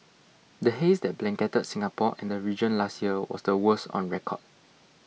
the haze that blanketed Singapore and the region last year was the worst on record